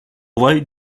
light